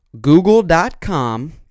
google.com